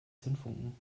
zündfunken